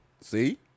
see